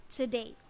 today